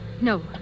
No